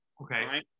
Okay